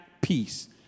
peace